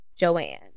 Joanne